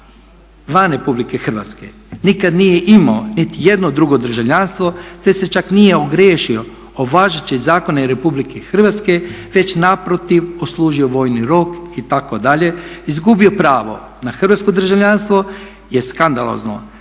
van RH, nikad nije imao niti jedno drugo državljanstvo, te se čak nije ogriješio o važeće zakone RH već naprotiv odslužio vojni rok itd. izgubio pravo na hrvatsko državljanstvo je skandalozno